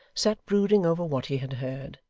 sat brooding over what he had heard,